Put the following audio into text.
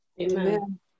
Amen